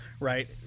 Right